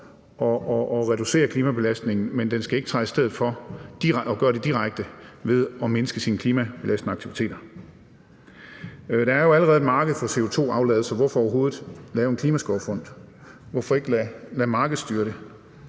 at reducere klimabelastningen, men det skal ikke træde i stedet for at gøre det direkte ved at mindske sine klimabelastende aktiviteter. Der er jo allerede et marked for CO2-aflad, så hvorfor overhovedet lave en klimaskovfond? Hvorfor ikke lade markedet styre det?